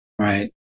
right